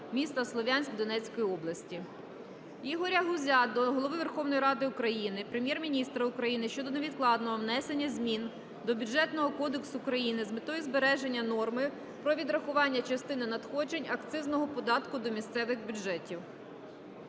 міста Слов'янськ Донецької області. Ігоря Гузя до Голови Верховної Ради України, Прем'єр-міністра України щодо невідкладного внесення змін до Бюджетного кодексу України з метою збереження норми про відрахування частини надходжень акцизного податку до місцевих бюджетів.